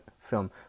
film